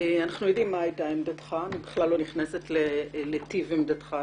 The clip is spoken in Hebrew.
אנחנו יודעים מה הייתה עמדתך אני לא נכנסת לטיב עמדתך,